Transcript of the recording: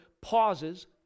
pauses